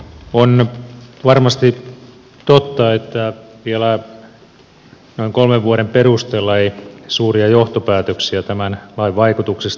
on varmasti totta että vielä noin kolmen vuoden perusteella ei suuria johtopäätöksiä tämän lain vaikutuksista voi tehdä